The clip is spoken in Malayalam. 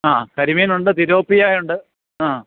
ആ കരിമീനുണ്ട് തിലോപ്പിയ ഉണ്ട് ആ